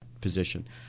position